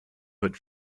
hood